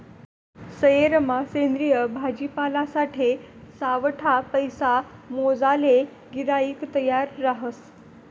सयेरमा सेंद्रिय भाजीपालासाठे सावठा पैसा मोजाले गिराईक तयार रहास